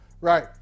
Right